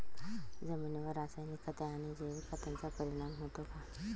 जमिनीवर रासायनिक खते आणि जैविक खतांचा परिणाम होतो का?